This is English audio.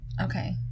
Okay